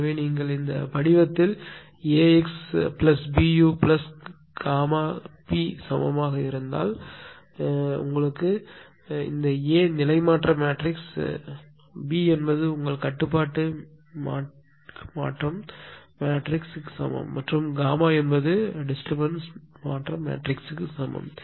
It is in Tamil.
எனவே நீங்கள் இந்த படிவத்தில் x AxBuΓp சமமாக இருந்தால் எனவே இந்த A நிலைமாற்ற மேட்ரிக்ஸ் வலது B என்பது உங்கள் கட்டுப்பாட்டு மாற்ற மேட்ரிக்ஸுக்கு சமம் மற்றும் என்பது தொந்தரவு மாற்ற மேட்ரிக்ஸுக்கு சமம்